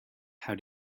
how